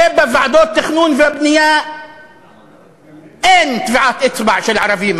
ובוועדות התכנון והבנייה אין טביעת אצבע של ערבים,